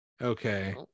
Okay